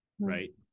right